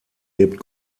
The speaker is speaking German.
lebt